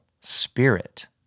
spirit